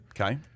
Okay